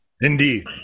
Indeed